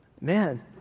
Man